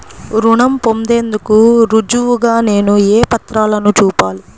రుణం పొందేందుకు రుజువుగా నేను ఏ పత్రాలను చూపాలి?